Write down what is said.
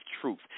truth